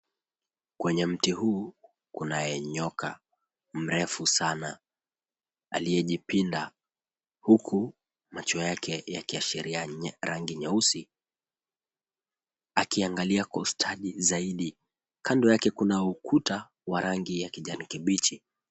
Kwenye mti huu, kunaye nyoka mrefu sana, aliyejipinda huku macho yake yakiashiria rangi nyeusi, akiangalia kwa ustadi zaidi. Kando yake kuna ukuta wa rangi ya kijani kibichi.